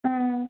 ஆ